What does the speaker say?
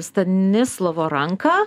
stanislovo ranką